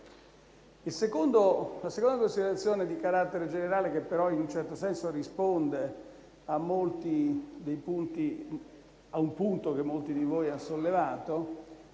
La seconda considerazione di carattere generale, che però in un certo senso risponde a un punto che molti di voi hanno sollevato,